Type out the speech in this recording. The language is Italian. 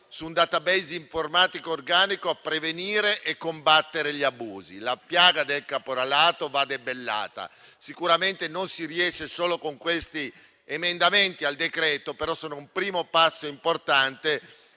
con un *database* informatico organico per prevenire e combattere gli abusi. La piaga del caporalato va debellata; sicuramente non vi si riesce solo con questi emendamenti al decreto, però sono un primo passo importante,